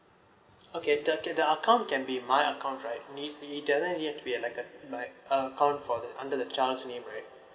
okay the did the account can be my account right need to be then like need to be like a my account for the under the child's name right